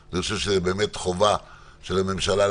תעשו מספרים לשלושה-ארבעה ימים.